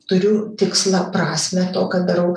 turiu tikslą prasmę to ką darau